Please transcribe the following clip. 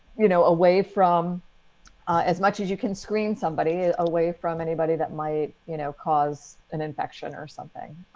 you know away from as much as you can screen somebody ah away from anybody that might, you know, cause an infection or something.